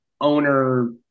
owner